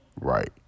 right